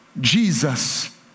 Jesus